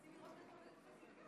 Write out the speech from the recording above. התשפ"ב 2022,